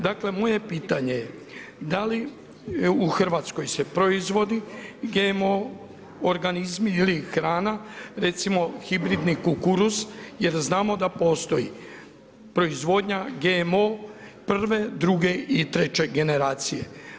Dakle moje pitanje je da li u Hrvatskoj se proizvodi GMO organizmi ili hrana recimo hibridni kukuruz, jer znamo da postoji proizvodnja prve, druge i treće generacije.